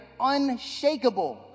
unshakable